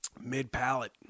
mid-palate